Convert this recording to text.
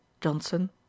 johnson